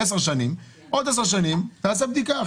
עוד עשר שנים נעשה בדיקה.